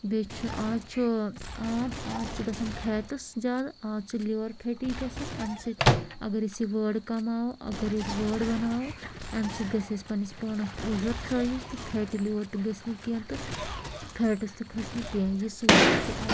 بیٚیہِ چھُ آز چھُ عام آز چھِ گژھان فیٹٕس زیادٕ آز چھِ لِور فیٹی گژھان اَمہِ سۭتۍ اَگر أسۍ یہِ وٲر کماوو اگر أسۍ وٲر بناوو اَمہِ سۭتۍ گژھہِ اسہِ پَننِس پانَس ایٚگرزسایز تہٕ فیٹی لِور تہِ گژھہِ نہٕ کیٚنٛہہ تہٕ فیٹٕس تہِ کھسہِ نہٕ کیٚنٛہہ یہِ سہوٗلیت چھِ اَتھ